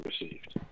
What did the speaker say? received